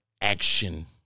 action